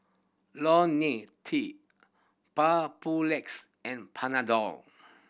Lonil T Papulex and Panadol